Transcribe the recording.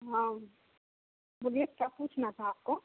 हाँ मुझे क्या पूछना था आपको